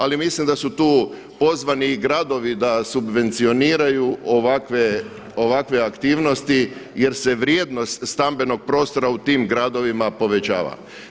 Ali mislim da su tu pozvani i gradovi da subvencioniraju ovakve aktivnosti jer se vrijednost stambenog prostora u tim gradovima povećava.